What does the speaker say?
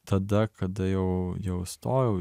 tada kada jau jau stojau